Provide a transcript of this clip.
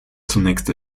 zunächst